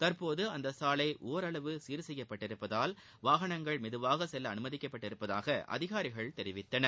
தற்போது அந்த சாலை ஓரளவு சீர் செய்யப்பட்டுள்ளதால் வாகனங்கள் மெதுவாக செல்ல அனுமதிக்கபட்டுள்ளதாக அதிகாரிகள் தெரிவித்தனர்